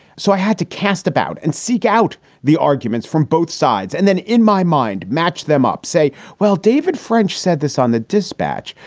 so i had to cast about and seek out the arguments from both sides. and then, in my mind, match them up, say, well, david french said this on the dispatch.